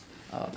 oh